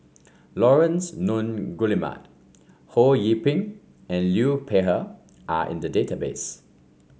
Laurence Nunns Guillemard Ho Yee Ping and Liu Peihe are in the database